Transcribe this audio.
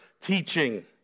teaching